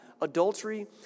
adultery